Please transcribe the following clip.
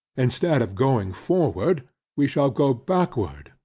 instead of going forward we shall go backward,